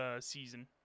season